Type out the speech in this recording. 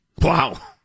Wow